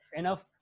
enough